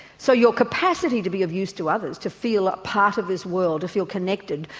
so your capacity to be of use to others, to feel a part of this world, to feel connected,